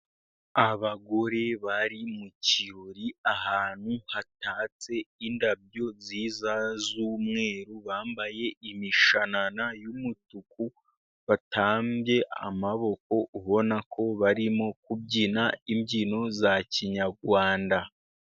Abagore bari mu kirori ahantu hatatse indabyo nziza z'umweru. Bambaye imishanana y'umutuku. Batambye amaboko, ubona ko barimo kubyina imbyino za kinyarwanda.